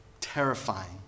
terrifying